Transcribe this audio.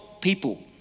people